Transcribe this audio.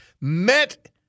met